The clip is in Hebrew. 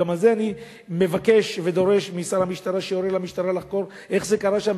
גם על זה אני מבקש ודורש משר המשטרה שיורה למשטרה לחקור איך זה קרה שם,